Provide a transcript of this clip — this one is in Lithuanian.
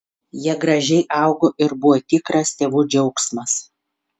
jie gražiai augo ir buvo tikras tėvų džiaugsmas